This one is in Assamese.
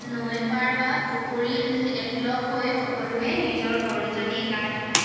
নৈ পাৰ বা পুখুৰীত একেলগ হৈ সকলোৱে নিজৰ গৰুজনীক গা ধুৱায়